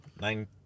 Nine